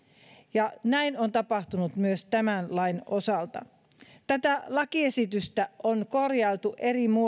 ja näin on tapahtunut myös tämän lain osalta tätä lakiesitystä on korjailtu